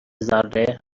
ذره٬قطره